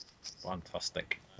Fantastic